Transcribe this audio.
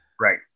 right